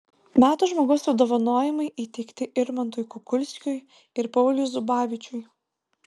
metų žmogaus apdovanojimai įteikti irmantui kukulskiui ir pauliui zubavičiui